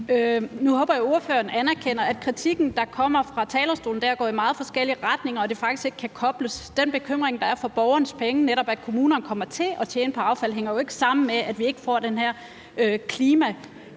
Nu håber jeg, at ordføreren anerkender, at kritikken, der kommer fra talerstolen, går i meget forskellige retninger, og at det faktisk ikke kan kobles sammen. Den bekymring, der er for borgerens penge, netop at kommunerne kommer til at tjene på affald, hænger jo ikke sammen med, at vi ikke får den her